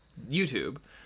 YouTube